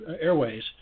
airways